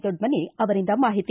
ದೊಡ್ಡಮನಿ ಅವರಿಂದ ಮಾಹಿತಿ